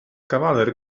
kawaler